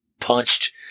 punched